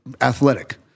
athletic